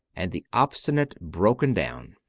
and the obstinate broken down.